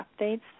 updates